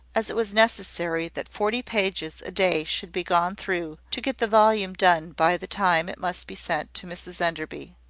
as it was necessary that forty pages a day should be gone through, to get the volume done by the time it must be sent to mrs enderby.